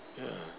ya